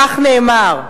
כך נאמר: